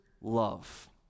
love